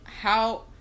how-